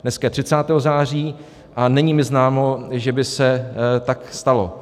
Dneska je 30. září a není mi známo, že by se tak stalo.